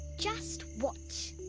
just watch!